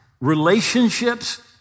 relationships